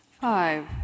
Five